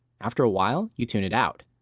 after awhile you tune it out.